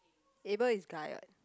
Abel is guy what